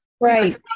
right